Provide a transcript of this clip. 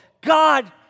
God